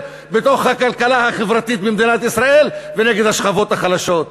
בכלכלה החברתית במדינת ישראל ונגד השכבות החלשות.